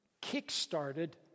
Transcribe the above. kick-started